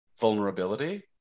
vulnerability